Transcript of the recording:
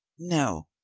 no,